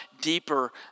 deeper